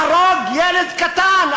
יהרוג ילד קטן.